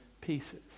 pieces